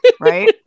right